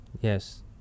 Yes